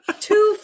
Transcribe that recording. two